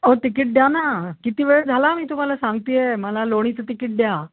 अहो तिकीट द्या ना किती वेळ झाला मी तुम्हाला सांगते आहे मला लोणीचं तिकीट द्या